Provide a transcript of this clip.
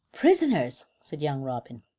prisoners! said young robin.